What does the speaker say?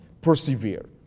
Persevere